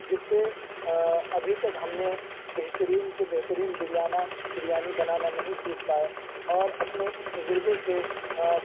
جس سے ابھی تک ہم نے بہترین سے بہترین بریانہ بریانی بنانا نہیں سیکھ پائے اور اپنے اس تجربے سے